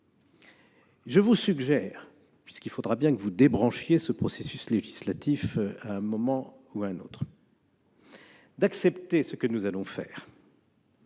Je vous suggère, puisqu'il faudra bien que vous débranchiez ce processus législatif à un moment ou à un autre, d'accepter ce que nous allons faire.